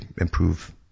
improve